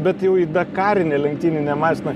bet jau į dakarinę lenktyninę mašiną